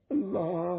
Allah